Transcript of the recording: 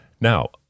Now